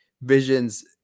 visions